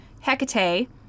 Hecate